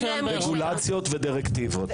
רגולציות ודרקטיבות.